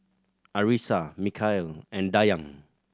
Arissa Mikhail and Dayang